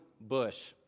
bush